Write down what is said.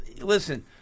listen